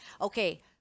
Okay